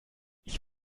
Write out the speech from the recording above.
ich